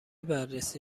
بررسی